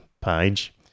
page